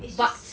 what